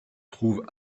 trouve